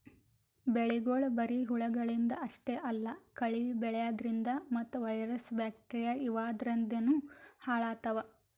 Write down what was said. ಬೆಳಿಗೊಳ್ ಬರಿ ಹುಳಗಳಿಂದ್ ಅಷ್ಟೇ ಅಲ್ಲಾ ಕಳಿ ಬೆಳ್ಯಾದ್ರಿನ್ದ ಮತ್ತ್ ವೈರಸ್ ಬ್ಯಾಕ್ಟೀರಿಯಾ ಇವಾದ್ರಿನ್ದನೂ ಹಾಳಾತವ್